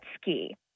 ski